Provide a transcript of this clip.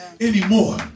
anymore